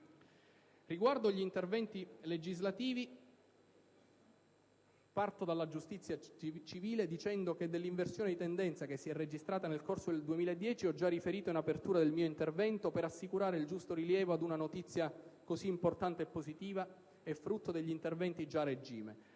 Riguardo agli interventi legislativi, parto dalla giustizia civile sottolineando che dell'inversione di tendenza registratasi nel corso del 2010 ho già riferito in apertura del mio intervento per assicurare il giusto rilievo ad una notizia così importante e positiva e frutto degli interventi già a regime,